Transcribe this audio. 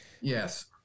Yes